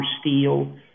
steel